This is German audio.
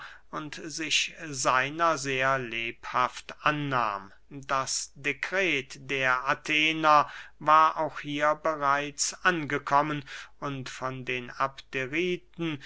und sich seiner sehr lebhaft annahm das dekret der athener war auch hier bereits angekommen und von den